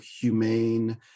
humane